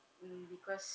mm because